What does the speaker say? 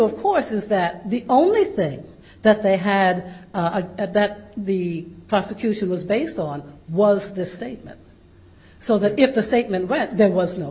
of course is that the only thing that they had at that the prosecution was based on was the statement so that if the statement where there was no